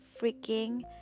freaking